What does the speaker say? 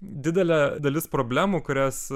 didelė dalis problemų kurias